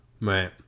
Right